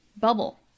Bubble